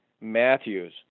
Matthews